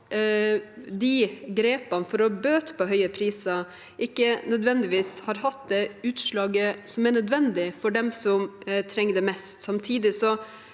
at grepene for å bøte på høye priser ikke nødvendigvis har hatt det utslaget som er nødvendig for dem som trenger det mest.